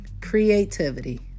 creativity